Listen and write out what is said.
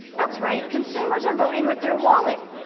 that's right, consumers are voting with their wallet.